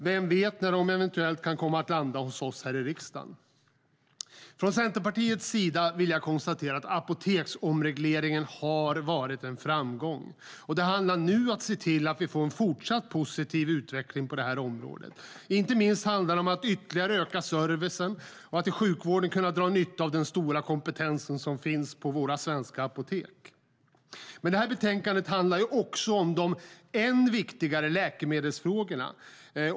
Vem vet när de eventuellt kan komma att landa hos oss i riksdagen? Betänkandet handlar också om de ännu viktigare läkemedelsfrågorna.